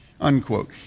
Unquote